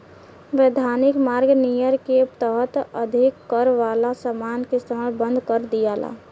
वैधानिक मार्ग नियर के तहत अधिक कर वाला समान के इस्तमाल बंद कर दियाला